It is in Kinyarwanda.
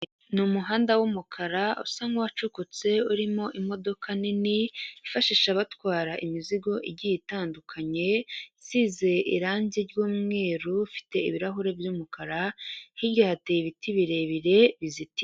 Ni umuhanda w'umukara usa nk'uwacukutse urimo imodoka nini bifashisha abatwara imizigo igiye itandukanye, isize irange ry'umweru, ufite ibirahuri by'umukara, hirya hateye ibiti birebire bizitiye.